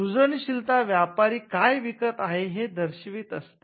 सृजनशीलता व्यापारी काय विकत आहे हे दर्शवित असते